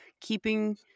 keeping